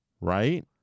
Right